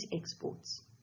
exports